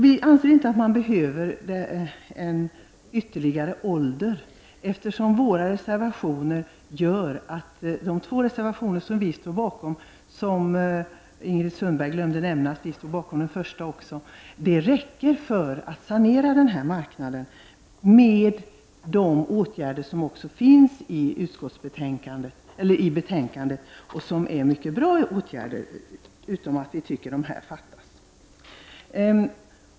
Vi anser inte att man behöver en ytterligare åldersgräns. De två reservationer som miljöpartiet står bakom — alltså även den första, vilket Ingrid Sundberg glömde att nämna i sitt anförande — räcker för att sanera marknaden tillsammans med de åtgärder som också föreslås i betänkandet. De åtgärderna är mycket bra förutom att vi tycker att detta fattas.